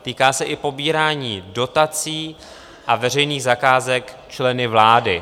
Týká se i pobírání dotací a veřejných zakázek členů vlády.